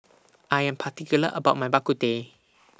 I Am particular about My Bak Kut Teh